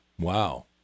Wow